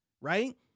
Right